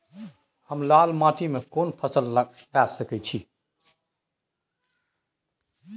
हम लाल माटी में कोन फसल लगाबै सकेत छी?